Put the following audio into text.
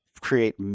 create